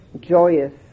joyous